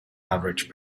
average